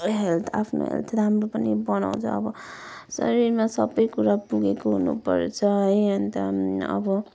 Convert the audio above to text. health आफ्नो health राम्रो पनि बनाउँछ अब शरीरमा सबै कुरा पुगेको हुनुपर्छ है अन्त अब